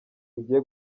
igiye